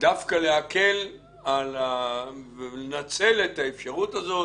דווקא להקל ולנצל את האפשרות הזאת